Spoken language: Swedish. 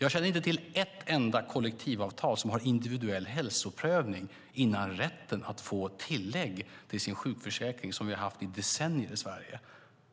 Jag känner inte till ett enda kollektivavtal som har individuell hälsoprövning innan rätten att få tillägg till sin sjukförsäkring, som vi har haft i decennier i Sverige.